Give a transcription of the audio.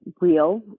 real